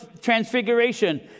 transfiguration